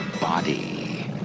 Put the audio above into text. body